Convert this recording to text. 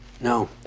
No